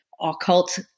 occult